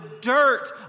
dirt